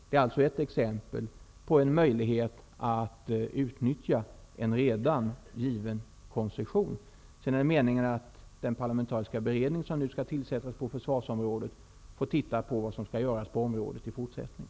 Det är alltså ett exempel på en möjlighet att utnyttja en redan given koncession. Det är sedan meningen att den parlamentariska beredning som nu skall tillsättas på försvarsområdet skall titta på vad som kan göras där i fortsättningen.